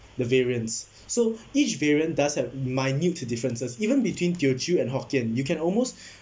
the variants so each variant does have minute to differences even between teochew and hokkien you can almost